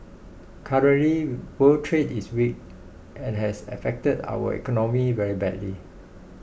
currently world trade is weak and has affected our economy very badly